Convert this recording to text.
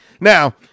Now